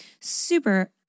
super